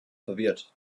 verwirrt